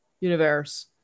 universe